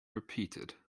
repeated